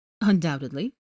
Undoubtedly